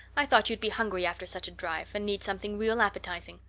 i thought you'd be hungry after such a drive and need something real appetizing.